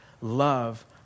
love